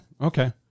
Okay